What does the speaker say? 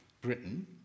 Britain